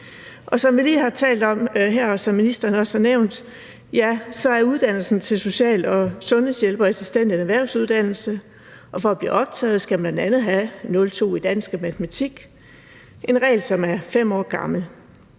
Som vi lige har talt om her, og som ministeren også har nævnt, så er uddannelsen til social- og sundhedshjælperassistent en erhvervsuddannelse, og for at blive optaget skal man bl.a. have 02 i dansk og matematik, en regel, som er 5 år gammel.